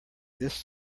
this